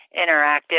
interactive